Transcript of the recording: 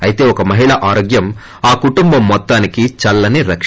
అయితే ఒక మహిళ ఆరోగ్యం ఆ కుటుంబం మొత్తానికి చల్లని రక్ష